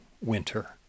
winter